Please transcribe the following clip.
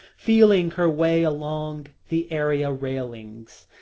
feeling her way along the area railings,